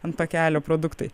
ant pakelio produktai